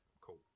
cool